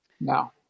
no